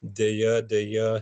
deja deja